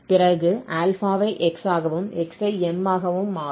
பிறகு α ஐ x ஆகவும் x ஐ m ஆகவும் மாறும்